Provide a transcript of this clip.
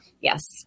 yes